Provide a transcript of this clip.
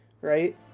Right